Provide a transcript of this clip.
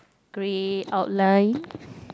grey outline